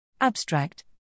Abstract